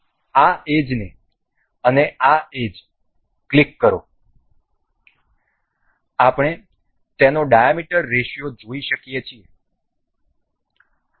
આ એજને અને આ એજ ક્લિક કરો આપણે તેનો ડાયામીટર રેશિયો જોઈ શકીએ છીએ